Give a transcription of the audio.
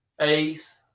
eighth